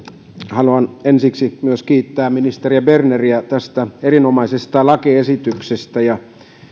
haluan ensiksi myös kiittää ministeri berneriä tästä erinomaisesta lakiesityksestä